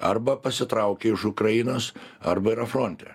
arba pasitraukė iš ukrainos arba yra fronte